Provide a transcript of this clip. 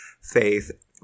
faith